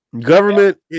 Government